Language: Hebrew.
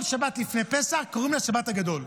כל שבת לפני פסח קוראים לה שבת הגדול.